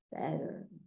better